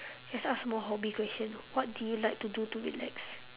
let's ask more hobby questions what do you like to do to relax